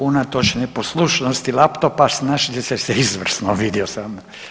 Unatoč neposlušnosti laptopa snašli ste se izvrsno vidio sam.